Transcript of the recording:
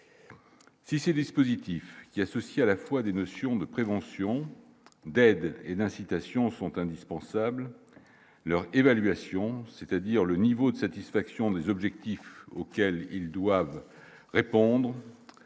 Si ces dispositifs qui associe à la fois des notions de prévention d'aide et d'incitation sont indispensables, leur évaluation, c'est-à-dire le niveau de satisfaction des objectifs auxquels ils doivent répondre,